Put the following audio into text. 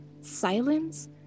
silence